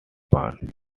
band